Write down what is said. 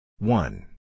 One